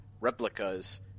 replicas